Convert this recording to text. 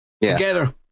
together